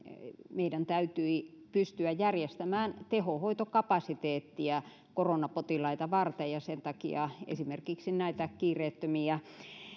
meidän täytyi pystyä järjestämään tehohoitokapasiteettia koronapotilaita varten ja sen takia esimerkiksi näitä kiireettömiä